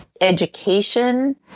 education